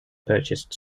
purchased